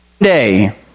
day